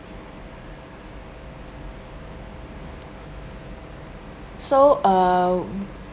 so um